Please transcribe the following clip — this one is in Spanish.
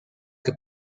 que